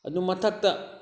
ꯑꯗꯨ ꯃꯊꯛꯇ